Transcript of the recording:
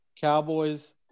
Cowboys